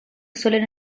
suelen